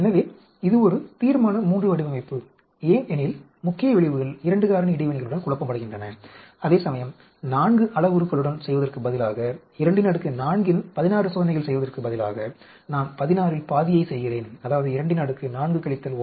எனவே இது ஒரு தீர்மான III வடிவமைப்பு ஏனெனில் முக்கிய விளைவுகள் 2 காரணி இடைவினைகளுடன் குழப்பமடைகின்றன அதேசமயம் 4 அளவுருவுடன் செய்வதற்கு பதிலாக 24 இன் 16 சோதனைகள் செய்வதற்கு பதிலாக நான் 16 இல் பாதியை செய்கிறேன் அதாவது 24 1